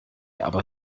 aber